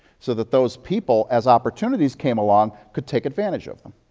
so that those people, as opportunities came along, could take advantage of them.